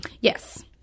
Yes